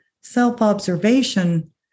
self-observation